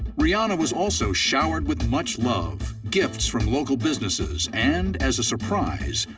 rihanna was also showered with much love, gifts from local businesses, and, as a surprise,